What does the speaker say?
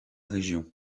région